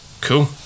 Cool